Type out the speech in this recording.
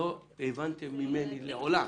הבנתם ממני לעולם